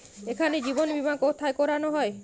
এখানে জীবন বীমা কোথায় করানো হয়?